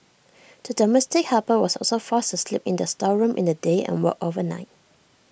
the domestic helper was also forced to sleep in the storeroom in the day and worked overnight